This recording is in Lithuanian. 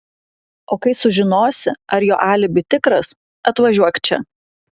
o kai sužinosi ar jo alibi tikras atvažiuok čia